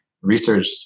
research